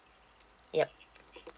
yup